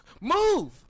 move